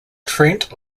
trent